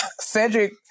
Cedric